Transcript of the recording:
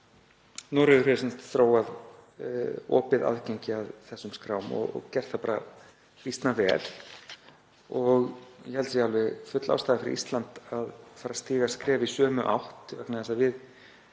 Noregur hefur sem sagt þróað opið aðgengi að þessum skrám og gert það bara býsna vel. Ég held að sé alveg full ástæða fyrir Ísland að fara að stíga skref í sömu átt vegna þess að við